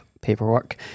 paperwork